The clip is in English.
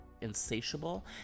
insatiable